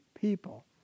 people